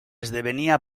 esdevenia